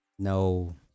No